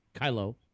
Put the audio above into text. Kylo